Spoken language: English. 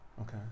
Okay